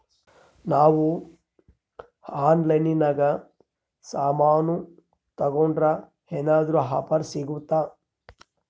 ನಾವು ಆನ್ಲೈನಿನಾಗ ಸಾಮಾನು ತಗಂಡ್ರ ಏನಾದ್ರೂ ಆಫರ್ ಸಿಗುತ್ತಾ?